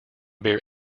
bear